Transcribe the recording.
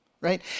right